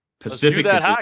Pacific